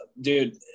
Dude